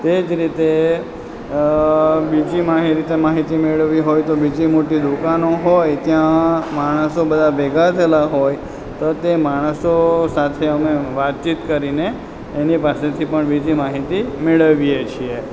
તેજ રીતે બીજી માહી બીજી રીતે માહિતી મેળવવી હોયતો બીજી મોટી દુકાનો હોય ત્યાં માણસો બધાં ભેગાં થયેલાં હોય તો તે માણસો સાથે અમે વાતચીત કરીને એની પાસેથી પણ બીજી માહિતી મેળવીએ છીએ